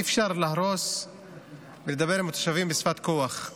אי-אפשר להרוס ולדבר עם התושבים בשפת הכוח.